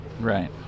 Right